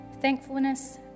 thankfulness